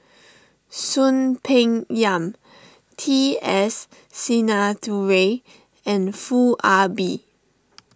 Soon Peng Yam T S Sinnathuray and Foo Ah Bee